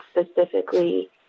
specifically